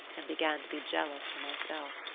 and began to be jealous for myself.